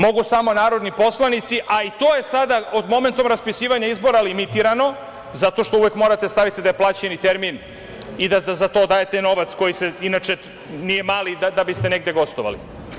Mogu samo narodni poslanici, a i to je sada od momenta raspisivanja izbora limitirano, zato što uvek morate da stavite da je plaćeni termin i da za to dajete novac, koji inače nije mali, da biste negde gostovali.